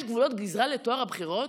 יש גבולות גזרה לטוהר הבחירות?